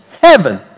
heaven